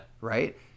right